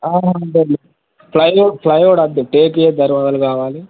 ఆ వద్దు plywood plywood వద్దు టెక్వే దర్వాజాలు కావాలి